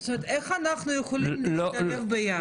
איך אנחנו יכולים להתקדם ביחד?